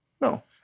No